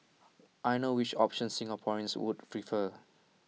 I know which option Singaporeans would prefer